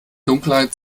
dunkelheit